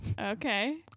okay